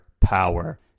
power